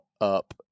up